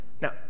Now